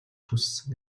хүссэн